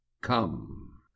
come